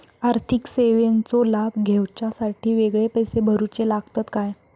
आर्थिक सेवेंचो लाभ घेवच्यासाठी वेगळे पैसे भरुचे लागतत काय?